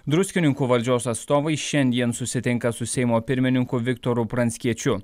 druskininkų valdžios atstovai šiandien susitinka su seimo pirmininku viktoru pranckiečiu